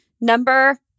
Number